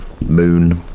Moon